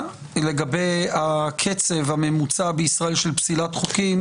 לגבי הקצב הממוצע בישראל של פסילת חוקים,